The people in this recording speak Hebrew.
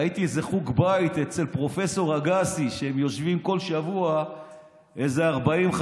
ראיתי איזה חוג בית אצל פרופ' אגסי שהם יושבים כל שבוע איזה 30,